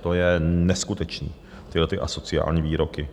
To je neskutečný, ty asociální výroky!